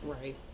Right